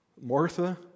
Martha